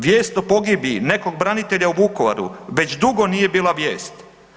Vijest o pogibiji nekog branitelja u Vukovaru već dugo nije bila vijest.